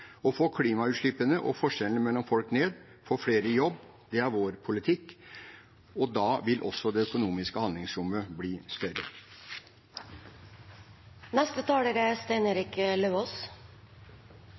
Å få klimautslippene og forskjellene mellom folk ned og å få flere i jobb er vår politikk. Da vil også det økonomiske handlingsrommet bli større. Det er